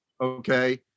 okay